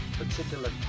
particular